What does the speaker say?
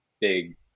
big